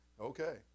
Okay